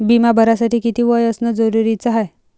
बिमा भरासाठी किती वय असनं जरुरीच हाय?